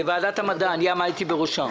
בוועדת המדע, אני עמדתי בראשה.